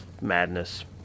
madness